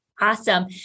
Awesome